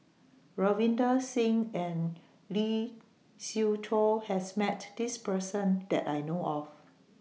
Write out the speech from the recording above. Ravinder Singh and Lee Siew Choh has Met This Person that I know of